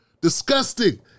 disgusting